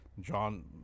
John